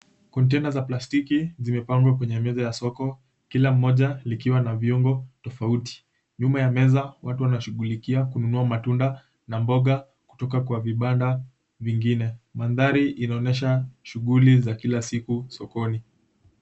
Kontena za plastiki zimepangwa kwenye meza ya soko kila moja likiwa na viungo tofauti. Nyuma ya meza watu wanashughulikia kununua matunda na mboga kutoka kwa vibanda vingine. Mandhari inaonyesha shughuli za kila siku sokoni.